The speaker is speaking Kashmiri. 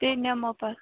تیٚلہِ نِمَو پَتہٕ